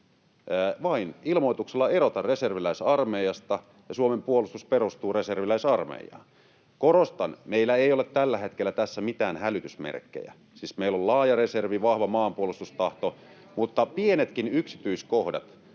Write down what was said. vain ilmoituksella — erota reserviläisarmeijasta. Suomen puolustus perustuu reserviläisarmeijaan. Korostan: Meillä ei ole tällä hetkellä tässä mitään hälytysmerkkejä. Siis meillä on laaja reservi, vahva maanpuolustustahto. Mutta pienetkin yksityiskohdat